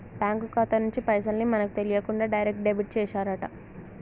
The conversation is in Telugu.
బ్యేంకు ఖాతా నుంచి పైసల్ ని మనకు తెలియకుండా డైరెక్ట్ డెబిట్ చేశారట